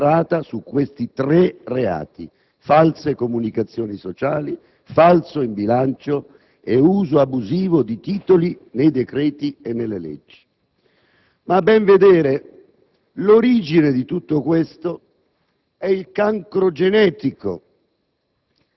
centrata su tre reati: false comunicazioni sociali, falso in bilancio e uso abusivo di titoli nei decreti e nelle leggi. Ma, a ben vedere, l'origine di tutto questo è il cancro genetico